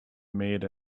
made